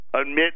admit